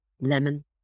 lemon